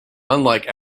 unlike